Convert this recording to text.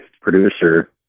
producer